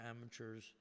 amateurs